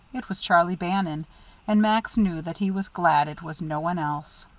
it was charlie bannon and max knew that he was glad it was no one else.